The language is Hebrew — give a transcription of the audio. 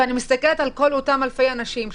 ואני מסתכלת על כל אותם אלפי אנשים,